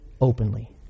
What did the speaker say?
openly